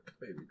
baby